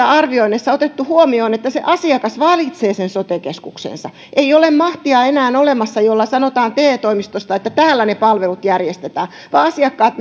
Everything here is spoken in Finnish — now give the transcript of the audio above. arvioinneissa otettu huomioon että se asiakas valitsee sen sote keskuksensa ei ole enää olemassa mahtia jolla sanotaan te toimistosta että täällä ne palvelut järjestetään vaan asiakkaat